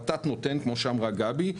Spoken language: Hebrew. כמו שאמרה גבי,